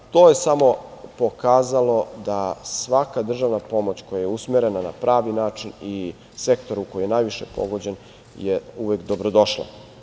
To je samo pokazalo da svaka državna pomoć koja je usmerena na pravi način i sektoru koji je najviše pogođen, je uvek dobrodošla.